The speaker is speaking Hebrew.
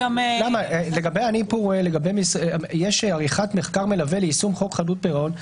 יש עריכת מחקר מלווה ליישום חוק חדלות פירעון.